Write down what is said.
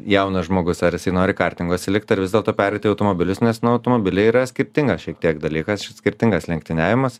jaunas žmogus ar jisai nori kartinguose likt ar vis dėlto pereit į automobilius nes nu automobiliai yra skirtingas šiek tiek dalykas skirtingas lenktyniavimas